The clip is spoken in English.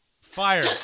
fire